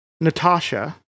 Natasha